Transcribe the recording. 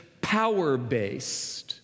power-based